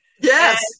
Yes